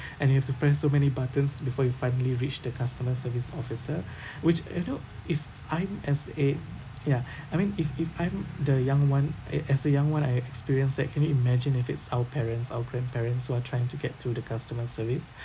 and you have to press so many buttons before you finally reach the customer service officer which you know if I'm as a yeah I mean if if I'm the young one a~ as a young one I experienced that can you imagine if it's our parents our grandparents who are trying to get through the customer service